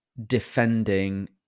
defending